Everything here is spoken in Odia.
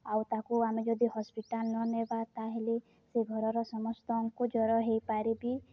ଆଉ ତାକୁ ଆମେ ଯଦି ହସ୍ପିଟାଲ୍ ନ ନେବା ତାହେଲେ ସେ ଘରର ସମସ୍ତଙ୍କୁ ଜ୍ଵର ହେଇପାରିବି